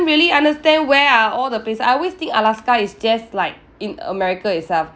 really understand where are all the places I always think alaska is just like in america itself